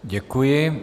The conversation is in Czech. Děkuji.